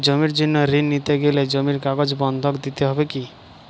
জমির জন্য ঋন নিতে গেলে জমির কাগজ বন্ধক দিতে হবে কি?